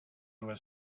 was